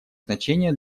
значение